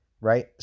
Right